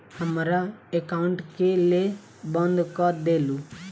हमरा एकाउंट केँ केल बंद कऽ देलु?